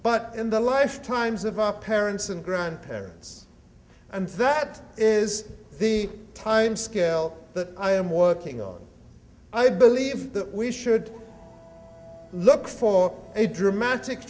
but in the lifetimes of our parents and grandparents and that is the time scale that i am working on i believe that we should look for a dramatic